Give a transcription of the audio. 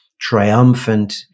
triumphant